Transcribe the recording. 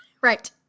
Right